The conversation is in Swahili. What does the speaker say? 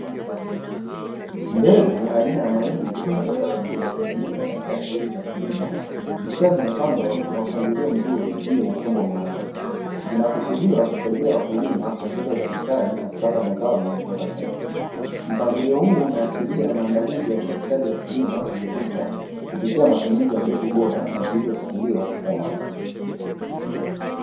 Mbegu aina ya mahindi zinazotarajiwa kutumika katika shughuli za kilimo zikiwa zimepangwa kwa mpangilio mzuri juu ya chombo maalumu. Zinakusudiwa kusaidia wakulima kuongeza uzalishaji na kupata mazao yenye ubora zaidi. Mpangilio huu unaashiria maandalizi ya uzalishaji wa kilimo chenye tija kupitia matumizi ya mbegu bora na zilizochaguliwa kisayansi.